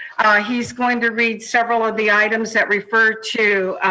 he's going to read several of the items that refer to